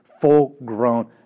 full-grown